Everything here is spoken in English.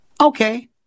Okay